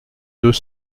deux